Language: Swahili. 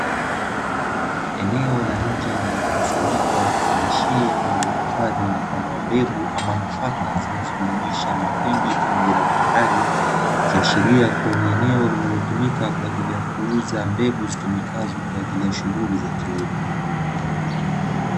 Eneo la nje lenye mkusanyiko wa vifungashio vilivyohifadhi mfano wa mbegu ama nafaka zinazojumuisha mahindi pamoja na maharage, ikiashiria kuwa ni eneo linalotumika kwa ajili ya kuuza mbegu zitumikazo kwa ajili ya shughuli za kilimo.